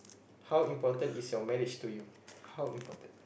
how important is your marriage to you how important